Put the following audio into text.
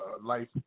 life